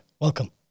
welcome